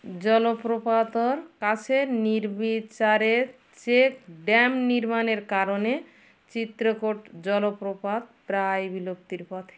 জলপ্রপাতর কাছে নির্বিচারে check dam নির্মাণের কারণে চিত্রকূট জলপ্রপাত প্রায় বিলুপ্তির পথে